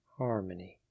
harmony